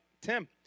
Tim